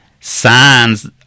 signs